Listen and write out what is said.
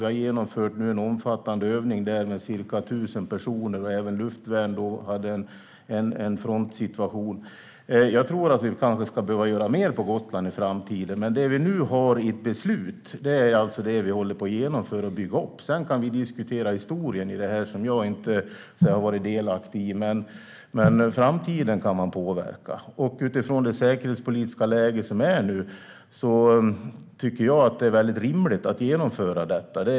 Vi har genomfört en omfattande övning med ca 1 000 personer, och även luftvärnet hade en frontsituation. Vi kan behöva göra mer på Gotland i framtiden, men det vi har beslut på håller vi på att genomföra och bygga upp. Vi kan diskutera historien i detta, som jag inte har varit delaktig i. Men framtiden kan vi påverka. Utifrån rådande säkerhetspolitiska läge är det nödvändigt att genomföra detta.